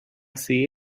see